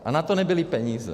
A na to nebyly peníze.